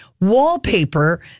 wallpaper